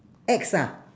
X ah